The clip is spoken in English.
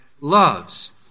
loves